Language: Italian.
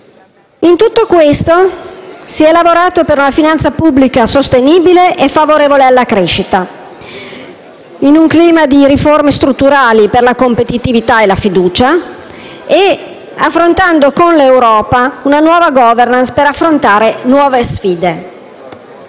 130 per cento. Si è lavorato per una finanza pubblica sostenibile e favorevole alla crescita, in un clima di riforme strutturali per la competitività e la fiducia, e costruendo con l'Europa una nuova *governance* per affrontare nuove sfide.